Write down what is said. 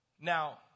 Now